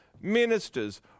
ministers